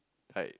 like